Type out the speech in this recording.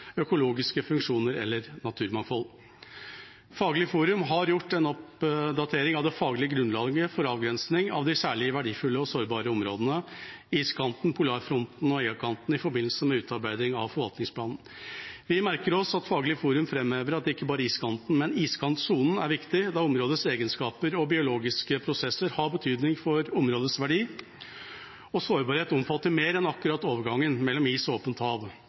økologiske funksjoner eller naturmangfold. Faglig forum har gjort en oppdatering av det faglige grunnlaget for avgrensing av de særlig verdifulle og sårbare områdene iskanten, polarfronten og Eggakanten i forbindelse med utarbeiding av forvaltningsplanen. Vi merker oss at Faglig forum framhever at ikke bare iskanten, men også iskantsonen er viktig, da områdets egenskaper og biologiske prosesser har betydning for områdets verdi, og sårbarhet omfatter mer enn akkurat overgangen mellom is og åpent hav.